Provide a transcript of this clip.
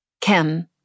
Kim